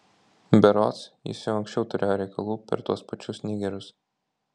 berods jis jau anksčiau turėjo reikalų per tuos pačius nigerius